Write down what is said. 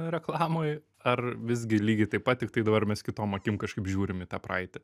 reklamoj ar visgi lygiai taip pat tiktai dabar mes kitom akim kažkaip žiūrim į tą praeitį